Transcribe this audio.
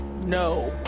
No